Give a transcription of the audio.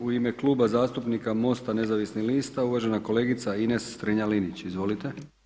U ime Kluba zastupnika MOST-a nezavisnih lista uvažena kolegica Ines Strenja-Linić, izvolite.